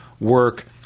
work